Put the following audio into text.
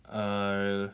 err